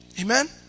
Amen